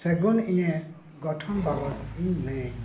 ᱥᱟᱹᱜᱩᱱ ᱤᱧᱟᱹᱜ ᱜᱚᱴᱷᱚᱱ ᱵᱟᱵᱚᱛ ᱤᱧ ᱞᱟᱹᱭᱟᱹᱧ ᱢᱮ